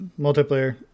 multiplayer